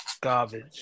Garbage